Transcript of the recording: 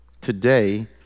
Today